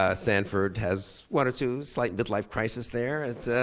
ah sanford has one or two slight mid-life crisis there,